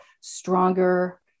stronger